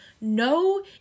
No